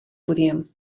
podíem